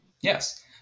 Yes